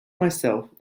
myself